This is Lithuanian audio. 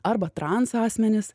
arba trans asmenys